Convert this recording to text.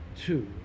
Two